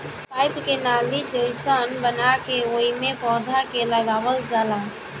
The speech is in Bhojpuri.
पाईप के नाली जइसन बना के ओइमे पौधा के लगावल जाला